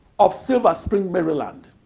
of silver spring, maryland.